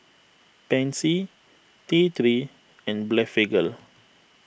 Pansy T three and Blephagel